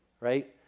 right